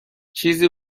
چیزی